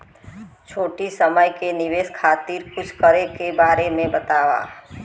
छोटी समय के निवेश खातिर कुछ करे के बारे मे बताव?